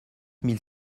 mille